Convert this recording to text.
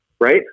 right